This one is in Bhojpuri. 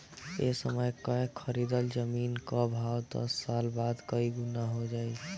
ए समय कअ खरीदल जमीन कअ भाव दस साल बाद कई गुना हो जाई